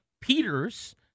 Peters